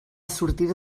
sortir